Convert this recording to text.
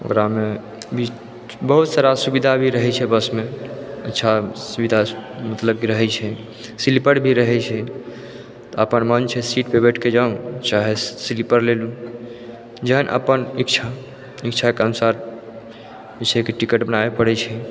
ओकरा मे बहुत सारा सुविधा भी रहै छै बस मे अच्छा सीधा मतलब कि रहै छै स्लीपर भी रहै छै तऽ अपन मन छै सीट पे बैठ के जाउ चाहे स्लीपर लेलु जेहन अपन इच्छा इच्छा के अनुसार जे छै कि टिकट बनाबऽ पड़ै छै